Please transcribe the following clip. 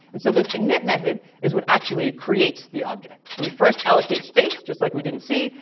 and so this init method is what actually creates the object. so we first allocate space, just like we did in c,